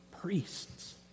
priests